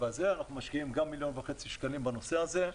אנחנו משקיעים גם 1.5 מיליון שקלים בנושא הזה.